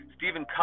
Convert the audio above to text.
Stephen